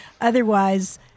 Otherwise